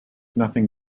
nothing